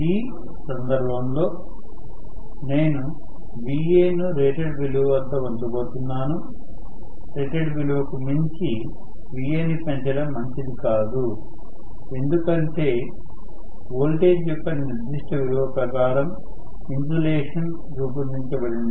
ఈ సందర్భంలో నేను Va ను రేటెడ్ విలువ వద్ద ఉంచపోతున్నాను రేటెడ్ విలువకు మించి Va ని పెంచడం మంచిది కాదు ఎందుకంటే వోల్టేజ్ యొక్క నిర్దిష్ట విలువ ప్రకారం ఇన్సులేషన్ రూపొందించబడింది